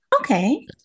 Okay